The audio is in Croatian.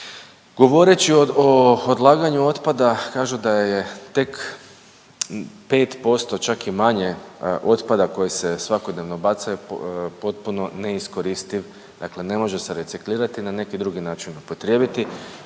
Govoreći o odlaganju otpada kažu da je tek 5% čak i manje otpada koje se svakodnevno baca je potpuno neiskoristiv, dakle ne može se reciklirati na neki drugi način upotrijebiti